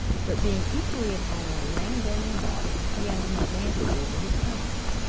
but being equally at home on land and in water, he has an advantage over his cousins.